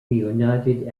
reunited